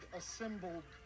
assembled